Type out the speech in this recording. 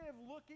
looking